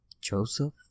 Joseph